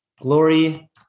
glory